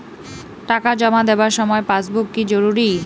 টাকা জমা দেবার সময় পাসবুক কি জরুরি?